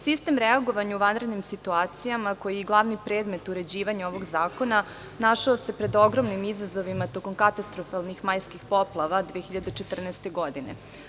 Sistem reagovanja u vanrednim situacijama, koji je glavni predmet uređivanja ovog zakona, našao se pred ogromnim izazovima tokom katastrofalnih majskih poplava 2014. godine.